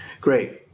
Great